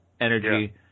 energy